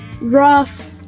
rough